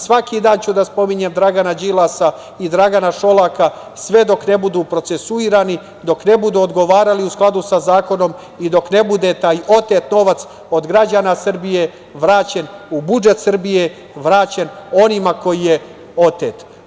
Svaki dan ću da spominjem Dragana Đilasa i Dragana Šolaka, sve dok ne budu procesuirani, dok ne budu odgovarali u skladu sa zakonom i dok ne bude taj otet novac od građana Srbije vraćen u budžet Srbije, vraćen onima od kojih je otet.